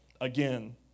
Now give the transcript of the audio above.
again